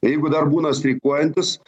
jeigu dar būna streikuojantys